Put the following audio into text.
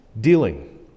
dealing